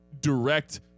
direct